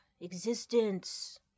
existence